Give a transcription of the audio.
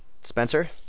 Spencer